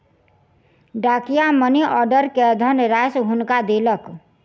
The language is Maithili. डाकिया मनी आर्डर के धनराशि हुनका देलक